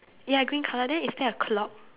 ya green colour then is there a clock